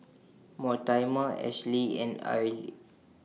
Mortimer Ashley and Arely